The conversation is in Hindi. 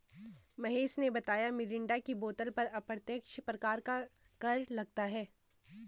महेश ने बताया मिरिंडा की बोतल पर अप्रत्यक्ष प्रकार का कर लगता है